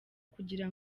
kugira